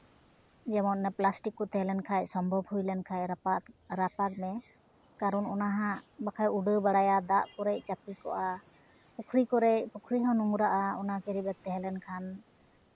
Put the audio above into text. ᱡᱮᱢᱚᱱ ᱚᱱᱟ ᱯᱞᱟᱥᱴᱤᱠ ᱠᱚ ᱛᱟᱦᱮᱸ ᱞᱮᱱᱠᱷᱟᱱ ᱥᱚᱢᱵᱷᱚᱵᱽ ᱦᱩᱭ ᱞᱮᱱᱠᱷᱟᱱ ᱨᱟᱯᱟᱜ ᱨᱟᱯᱟᱜᱽ ᱢᱮ ᱠᱟᱨᱚᱱ ᱚᱱᱟ ᱦᱟᱸᱜ ᱵᱟᱠᱷᱟᱱ ᱩᱰᱟᱹᱣ ᱵᱟᱲᱟᱭᱟ ᱫᱟᱜ ᱠᱚᱨᱮ ᱪᱟᱯᱮ ᱠᱚᱜᱼᱟ ᱯᱩᱠᱷᱨᱤ ᱠᱚᱨᱮ ᱯᱩᱡᱷᱨᱤ ᱦᱚᱸ ᱱᱳᱝᱨᱟᱜᱼᱟ ᱚᱱᱟ ᱠᱮᱨᱤᱵᱮᱜᱽ ᱛᱟᱦᱮᱸ ᱞᱮᱱᱠᱷᱟᱱ